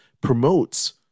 promotes